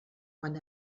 quan